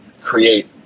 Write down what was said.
create